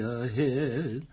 ahead